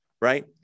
right